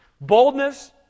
Boldness